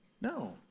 No